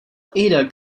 ada